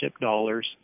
dollars